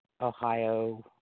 Ohio